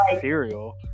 cereal